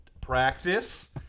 Practice